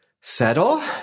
settle